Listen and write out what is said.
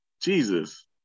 Jesus